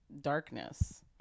darkness